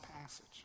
passage